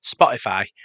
Spotify